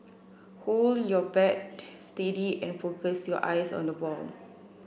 hold your bat steady and focus your eyes on the ball